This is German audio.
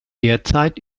derzeit